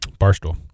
Barstool